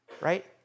right